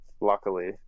luckily